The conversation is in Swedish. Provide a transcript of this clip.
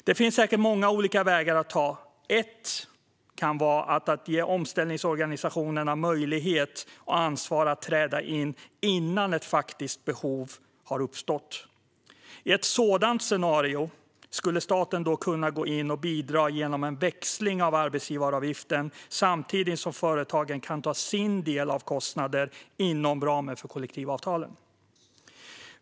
Det finns säkert många olika vägar att ta. En kan vara att ge omställningsorganisationerna möjlighet och ansvar att träda in innan ett faktiskt behov har uppstått. I ett sådant scenario skulle staten kunna gå in och bidra genom en växling av arbetsgivaravgiften, samtidigt som företagen kan ta sin del av kostnaden inom ramen för kollektivavtalen.